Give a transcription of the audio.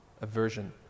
aversion